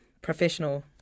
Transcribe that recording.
professional